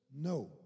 No